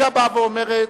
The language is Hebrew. הרישא באה ואומרת: